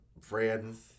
friends